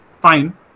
fine